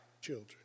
children